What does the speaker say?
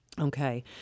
Okay